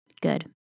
good